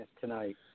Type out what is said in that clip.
tonight